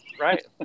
Right